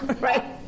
right